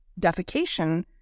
defecation